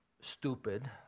stupid